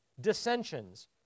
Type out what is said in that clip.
dissensions